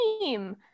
team